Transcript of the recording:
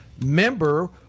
member